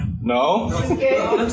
No